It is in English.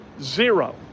Zero